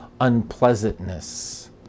unpleasantness